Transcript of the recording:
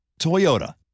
Toyota